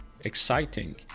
exciting